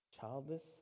childless